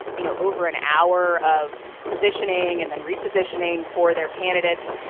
you know, over an hour of positioning and then repositioning for their candidates.